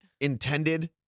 intended